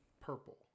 purple